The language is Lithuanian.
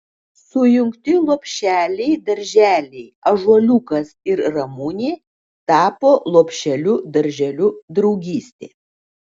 sujungti lopšeliai darželiai ąžuoliukas ir ramunė tapo lopšeliu darželiu draugystė